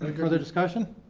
like further discussion?